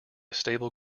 stable